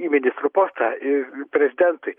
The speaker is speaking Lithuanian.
į ministrų postą prezidentui